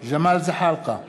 ג'מאל זחאלקה,